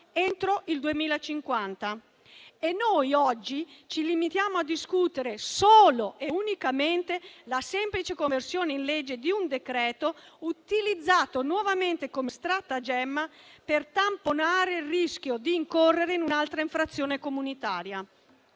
entro il 2050. Noi oggi ci limitiamo a discutere solo e unicamente della semplice conversione in legge di un decreto-legge utilizzato nuovamente come stratagemma per tamponare il rischio di incorrere in un'altra infrazione comunitaria.